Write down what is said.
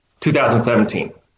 2017